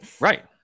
right